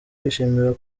wishimira